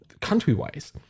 country-wise